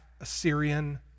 Assyrian